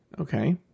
Okay